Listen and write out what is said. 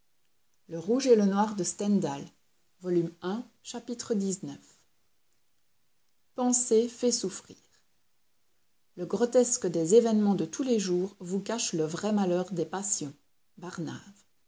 moirod chapitre xix penser fait souffrir le grotesque des événements de tous les jours vous cache le vrai malheur des passions barnave